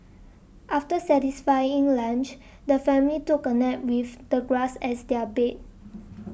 after satisfying lunch the family took a nap with the grass as their bed